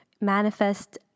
manifest